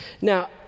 Now